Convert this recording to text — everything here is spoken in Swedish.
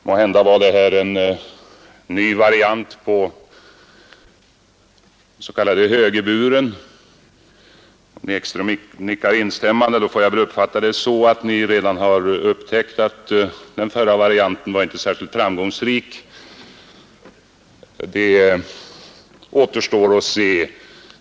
Måhända var detta en ny variant på den s.k. ”högerburen” — herr Ekström nickar instämmande, och då får jag väl uppfatta det på så sätt att ni redan upptäckt att den förra varianten inte var särskilt framgångsrik.